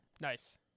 Nice